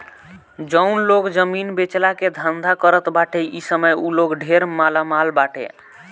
जउन लोग जमीन बेचला के धंधा करत बाटे इ समय उ लोग ढेर मालामाल बाटे